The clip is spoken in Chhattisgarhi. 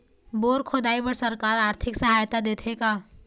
बोर खोदाई बर सरकार आरथिक सहायता देथे का?